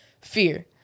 Fear